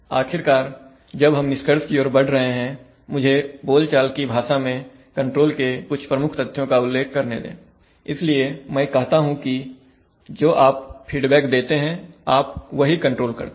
आखिरकार जब हम निष्कर्ष की ओर बढ़ रहे हैं मुझे बोलचाल की भाषा में कंट्रोल के कुछ प्रमुख तथ्यों का उल्लेख करने दें इसलिए मैं कहता हूं कि जो आप फीडबैक देते हैं आप वही कंट्रोल करते हैं